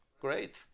great